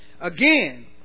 Again